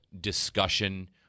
discussion